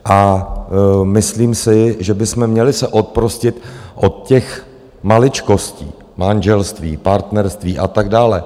A myslím si, že bychom měli se oprostit od těch maličkostí manželství, partnerství a tak dále.